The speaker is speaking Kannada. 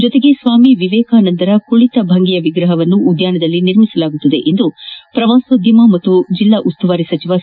ಜೊತೆಗೆ ಸ್ನಾಮಿ ವಿವೇಕಾನಂದ ಅವರ ಕುಳಿತ ಭಂಗಿಯ ವಿಗ್ರಹವನ್ನು ಉದ್ದಾನದಲ್ಲಿ ನಿರ್ಮಿಸಲಾಗುವುದೆಂದು ಪ್ರವಾಸೋದ್ಧಮ ಮತ್ತು ಜಿಲ್ಲಾ ಉಸ್ನುವಾರಿ ಸಚಿವ ಸಿ